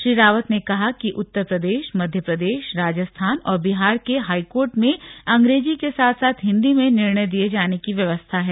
श्री रावत ने कहा कि उत्तर प्रदेश मध्य प्रदेश राजस्थान और बिहार के हाईकोर्ट में अंग्रेजी के साथ साथ हिन्दी में निर्णय दिये जाने की व्यवस्था है